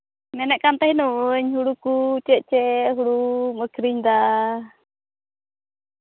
ᱢᱮᱱᱮᱫ ᱠᱟᱱ ᱛᱟᱦᱮᱱᱟᱹᱧ ᱦᱩᱲᱩ ᱠᱚ ᱪᱮᱫ ᱪᱮᱫ ᱦᱩᱲᱩᱢ ᱟᱹᱠᱷᱨᱤᱧ ᱫᱟ